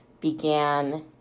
began